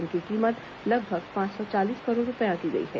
इनकी कीमत लगभग पांच सौ चालीस करोड़ रुपये आंकी गई है